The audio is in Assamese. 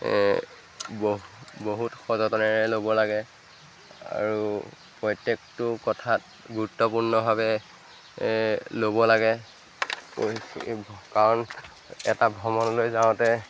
বহু বহুত সযতনেৰে ল'ব লাগে আৰু প্ৰত্যেকটো কথাত গুৰুত্বপূৰ্ণভাৱে ল'ব লাগে কাৰণ এটা ভ্ৰমণলৈ যাওঁতে